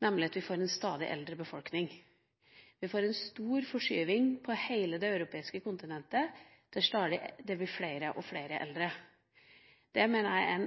nemlig at vi får en stadig eldre befolkning. Vi får en stor forskyvning på hele det europeiske kontinentet, der det blir flere og flere eldre. Jeg mener det er en